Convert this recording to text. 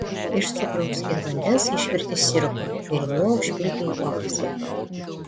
iš cukraus ir vandens išvirti sirupą ir juo užpilti uogas